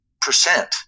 percent